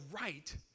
right